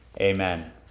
Amen